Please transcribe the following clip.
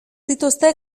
dituzte